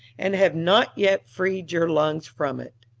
and have not yet freed your lungs from it.